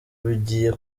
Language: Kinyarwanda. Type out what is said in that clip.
bigiye